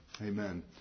Amen